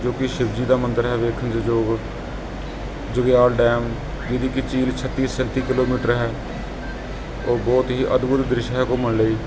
ਜੋ ਕਿ ਸ਼ਿਵ ਜੀ ਦਾ ਮੰਦਿਰ ਹੈ ਵੇਖਣ ਦੇ ਯੋਗ ਜੁਗਿਆਲ ਡੈਮ ਜਿਹਦੀ ਕਿ ਚੀਲ ਛੱਤੀ ਸੈਂਤੀ ਕਿਲੋਮੀਟਰ ਹੈ ਉਹ ਬਹੁਤ ਹੀ ਅਦਭੁਤ ਦ੍ਰਿਸ਼ ਹੈ ਘੁੰਮਣ ਲਈ